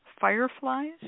Fireflies